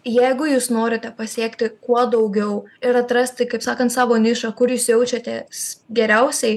jeigu jūs norite pasiekti kuo daugiau ir atrasti kaip sakant savo nišą kur jūs jaučiatės geriausiai